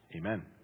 Amen